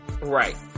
right